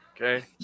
okay